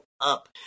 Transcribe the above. up